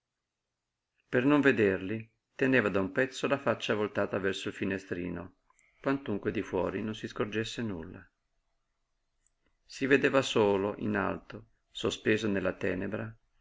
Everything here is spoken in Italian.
per non vederli teneva da un pezzo la faccia voltata verso il finestrino quantunque di fuori non si scorgesse nulla si vedeva solo in alto sospeso nella tenebra